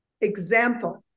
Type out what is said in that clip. example